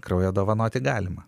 kraujo dovanoti galima